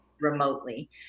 remotely